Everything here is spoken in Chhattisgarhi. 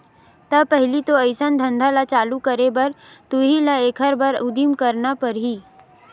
त पहिली तो अइसन धंधा ल चालू करे बर तुही ल एखर बर उदिम करना परही